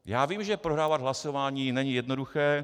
Já vím, že prohrávat hlasování není jednoduché.